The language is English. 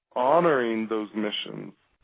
honoring those missions,